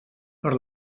per